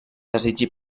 desitgi